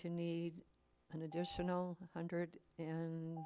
to need an additional hundred and